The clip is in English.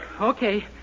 Okay